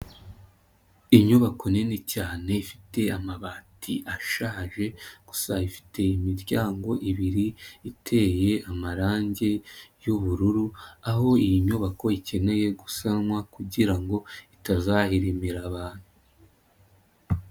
Inyubako nini cyane ifite amabati ashaje, gusa ifite imiryango ibiri iteye amarange y'ubururu, aho iyi nyubako ikeneye gusanwa kugira ngo itazahirimira abantu.